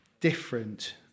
different